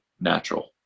natural